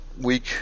week